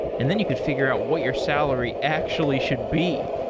and then you could figure out what your salary actually should be.